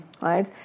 right